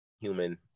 human